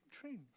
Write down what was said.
train